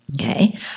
okay